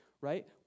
Right